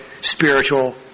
spiritual